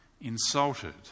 insulted